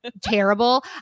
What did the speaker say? terrible